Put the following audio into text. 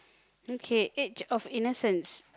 okay age-of-innocence